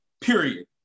period